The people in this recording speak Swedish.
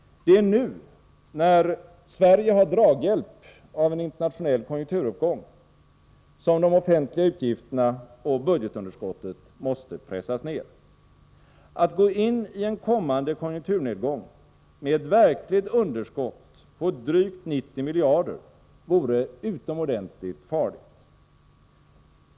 Det är nu, när Sverige har draghjälp av en internationell konjunkturuppgång, som de offentliga utgifterna och budgetunderskottet måste pressas ned. Att gå in i en kommande konjunkturnedgång med ett verkligt underskott på drygt 90 miljarder vore utomordentligt farligt.